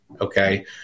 Okay